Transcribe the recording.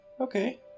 Okay